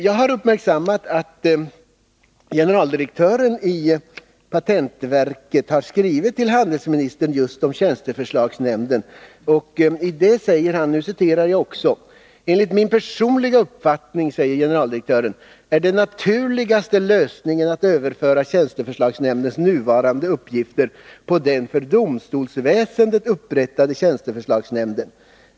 Jag har uppmärksammat att generaldirektören i patentverket har skrivit till handelsministern just om tjänsteförslagsnämnden. I sitt brev säger han: ”Enligt min personliga uppfattning är den naturligaste lösningen att överföra tjänsteförslagsnämdens nuvarande uppgifter på den för domstolsväsendet upprättade tjänsteförslagsnämnden.